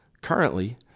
Currently